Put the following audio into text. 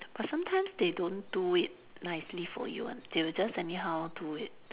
but sometimes they don't do it nicely for you [one] they will just anyhow do it